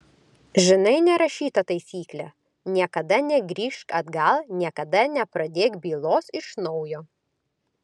žinai nerašytą taisyklę niekada negrįžk atgal niekada nepradėk bylos iš naujo